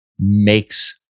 makes